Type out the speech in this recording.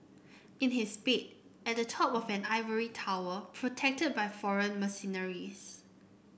in his bed at the top of an ivory tower protected by foreign mercenaries